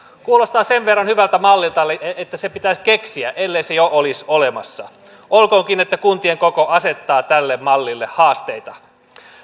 kuulostaa sen verran hyvältä mallilta että se pitäisi keksiä ellei se olisi jo olemassa olkoonkin että kuntien koko asettaa tälle mallille haasteita